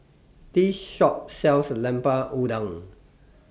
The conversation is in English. This Shop sells Lemper Udang